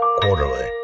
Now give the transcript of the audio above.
Quarterly